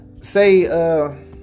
say